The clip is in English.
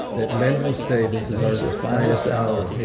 that men will say this is our so finest hour.